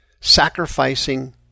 sacrificing